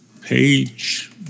page